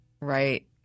Right